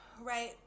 right